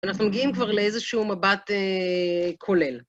אנחנו מגיעים כבר לאיזשהו מבט כולל.